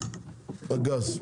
בנושא הגז.